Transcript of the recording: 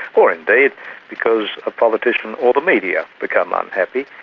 or indeed because a politician or the media become unhappy,